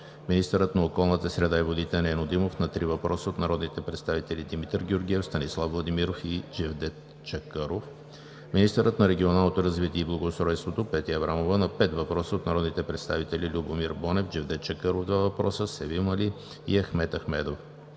министърът на околната среда и водите Нено Димов на три въпроса от народните представители Димитър Георгиев, Станислав Владимиров и Джевдет Чакъров; - министърът на регионалното развитие и благоустройството Петя Аврамова на пет въпроса от народните представители Любомир Бонев, Джевдет Чакъров – два въпроса, Севим Али и Ахмед Ахмедов.